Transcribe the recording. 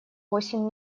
восемь